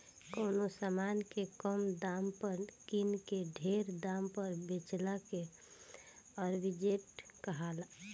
कवनो समान के कम दाम पर किन के ढेर दाम पर बेचला के आर्ब्रिट्रेज कहाला